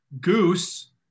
Goose